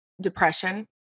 depression